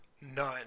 none